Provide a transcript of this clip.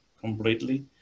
completely